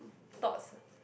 thoughts